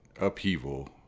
upheaval